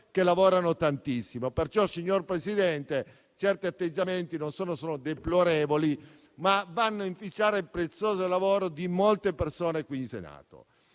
perché lavoriamo tantissimo. Perciò, signora Presidente, certi atteggiamenti non sono solo deplorevoli, ma vanno a inficiare il prezioso lavoro di molte persone qui in Senato.